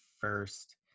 first